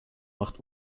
macht